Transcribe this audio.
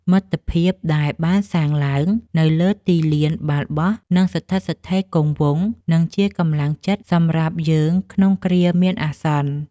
មិត្តភាពដែលបានសាងឡើងនៅលើទីលានបាល់បោះនឹងស្ថិតស្ថេរគង់វង្ស និងជាកម្លាំងចិត្តសម្រាប់យើងក្នុងគ្រាមានអាសន្ន។